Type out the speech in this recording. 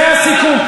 זה הסיכום.